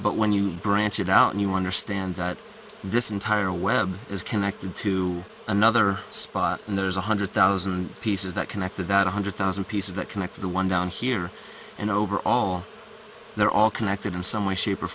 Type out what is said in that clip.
but when you branch it out you understand that this entire web is connected to another spot and there's one hundred thousand pieces that connect to that one hundred thousand pieces that connect to the one down here and over all they're all connected in some way shape or